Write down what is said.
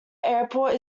airport